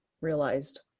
realized